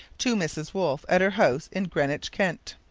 to mrs. wolfe, at her house in greenwich, kent.